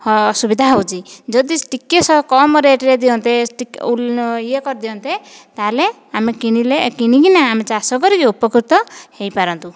ଅସୁବିଧା ହେଉଛି ଯଦି ଟିକେ କମ ରେଟ୍ରେ ଦିଅନ୍ତେ ଇଏ କରିଦିଅନ୍ତେ ତା'ହେଲେ ଆମେ କିଣିଲେ କିଣିକି ନା ଆମେ ଚାଷ କରିକି ଉପକୃତ ହୋଇପାରନ୍ତୁ